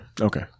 Okay